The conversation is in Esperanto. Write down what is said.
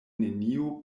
neniu